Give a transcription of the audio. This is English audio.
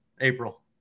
April